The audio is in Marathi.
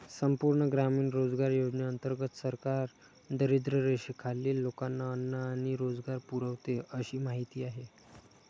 संपूर्ण ग्रामीण रोजगार योजनेंतर्गत सरकार दारिद्र्यरेषेखालील लोकांना अन्न आणि रोजगार पुरवते अशी माहिती आहे